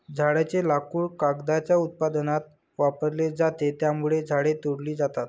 झाडांचे लाकूड कागदाच्या उत्पादनात वापरले जाते, त्यामुळे झाडे तोडली जातात